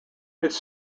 its